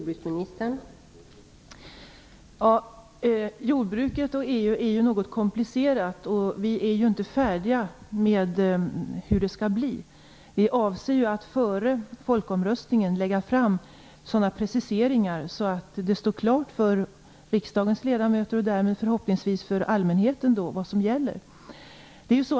Fru talman! Jordbruket och EU är ju något komplicerat, och hur det skall bli är ju inte färdigt än. Vi avser att före folkomröstningen lägga fram sådana preciseringar att det står klart för riksdagens ledamöter, och därmed förhoppningsvis också för allmänheten, vad som gäller.